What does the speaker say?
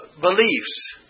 beliefs